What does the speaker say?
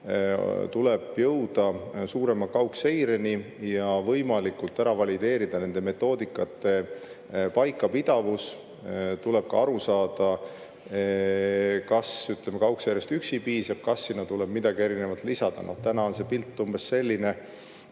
tuleb jõuda suurema kaugseireni ja võimalikult ära valideerida nende metoodikate paikapidavus. Tuleb ka aru saada, kas, ütleme, Kauksi järvest üksi piisab või sinna tuleb midagi lisada. Täna on see pilt umbes selline,